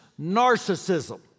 narcissism